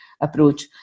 approach